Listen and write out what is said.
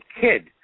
kid